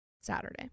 Saturday